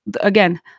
again